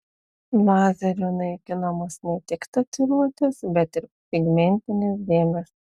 lazeriu naikinamos ne tik tatuiruotės bet ir pigmentinės dėmės